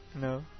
No